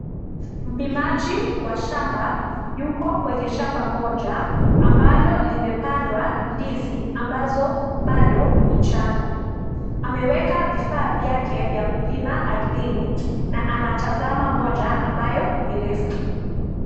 Mpimaji wa shamba yupo kwenye shamba moja ambalo limepandwa ndizi ambazo ni changa. Ameweka vifaa vyake vya kupima ardhini na anatazama moja ambayo ni refu.